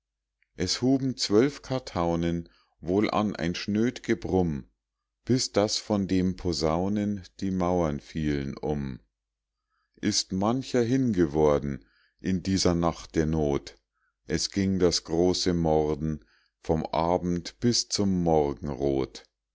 es huben zwölf kartaunen wohl an ein schnöd gebrumm bis daß von dem posaunen die mauern fielen um ist mancher hingeworden in dieser nacht der not es ging das große morden vom abend bis zum morgenrot